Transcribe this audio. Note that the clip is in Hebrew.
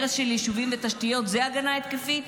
הרס של יישובים ותשתיות זה הגנה התקפית?